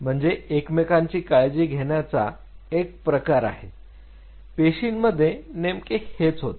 म्हणजे एकमेकांची काळजी घेण्याचा एक प्रकार आहे पेशींमध्ये नेमके हेच होते